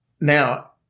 Now